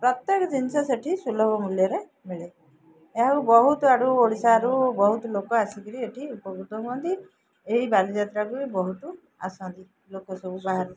ପ୍ରତ୍ୟେକ ଜିନିଷ ସେଠି ସୁଲଭ ମୂଲ୍ୟରେ ମିଳେ ଏହାକୁ ବହୁତ ଆଡ଼ୁ ଓଡ଼ିଶାରୁ ବହୁତ ଲୋକ ଆସିକିରି ଏଠି ଉପକୃତ ହୁଅନ୍ତି ଏହି ବାଲିଯାତ୍ରାକୁ ବି ବହୁତ ଆସନ୍ତି ଲୋକ ସବୁ ବାହାରୁ